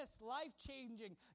life-changing